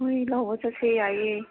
ꯍꯣꯏ ꯂꯥꯛꯑꯣ ꯆꯠꯁꯦ ꯌꯥꯏꯌꯦ